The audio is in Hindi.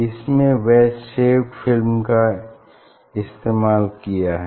इसमें वैज शेप्ड फिल्म का इस्तेमाल किया है